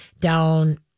down